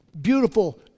beautiful